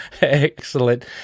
Excellent